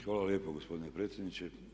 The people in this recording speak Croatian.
Hvala lijepa gospodine predsjedniče.